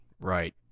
right